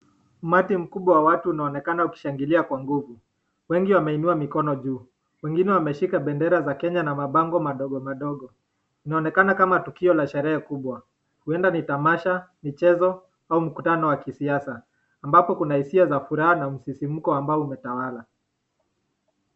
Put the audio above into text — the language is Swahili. Umati mkubwa wa watu unaonekana ukishangilia kwa nguvu. Wengi wameinua ikono juu, wengine wameshika bendera za kenya na mabango madogo madogo. Inaonekana kama tukio la sherehe kubwa, huenda ni tamasha, michezo au mikutano wa kisiasa ambapo kuna hisia za furaha na msisimuko ambao umetawala.